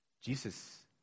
Jesus